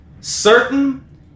certain